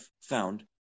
found